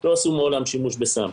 לא עשו מעולם שימוש בסם,